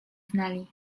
znali